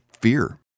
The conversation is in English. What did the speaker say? fear